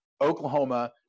Oklahoma